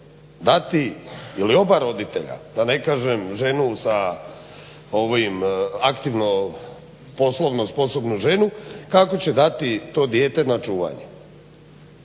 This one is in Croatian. dati ili oba roditelja, da ne kažem ženu aktivno poslovno sposobnu ženu kako će dati to dijete na čuvanje,